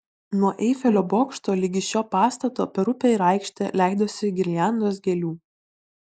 nuo eifelio bokšto ligi šio pastato per upę ir aikštę leidosi girliandos gėlių